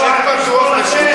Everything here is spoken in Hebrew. לחלה?